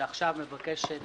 שעכשיו מבקשת